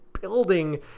building